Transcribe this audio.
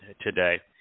today